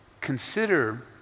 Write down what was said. consider